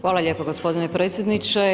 Hvala lijepo gospodine predsjedniče.